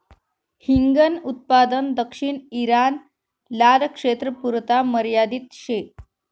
हिंगन उत्पादन दक्षिण ईरान, लारक्षेत्रपुरता मर्यादित शे